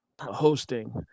hosting